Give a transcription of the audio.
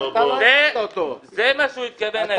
זה מה שהוא התכוון.